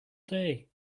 day